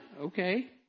okay